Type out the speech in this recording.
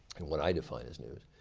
and what i define as news.